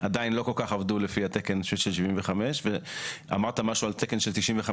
שעדיין לא כל כך עבדו לפי התקן של 75. ואמרת משהו על תקן של 95,